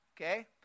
Okay